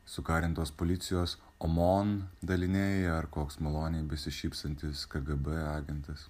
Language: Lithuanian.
sukarintos policijos omon daliniai ar koks maloniai besišypsantis kgb agentas